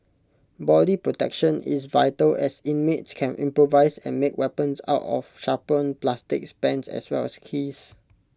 body protection is vital as inmates can improvise and make weapons out of sharpened plastics pens as well as keys